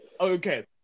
Okay